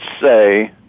say